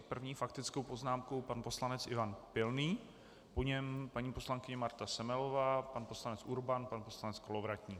S první faktickou poznámkou pan poslanec Ivan Pilný, po něm paní poslankyně Marta Semelová, pan poslanec Urban, pan poslanec Kolovratník.